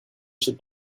should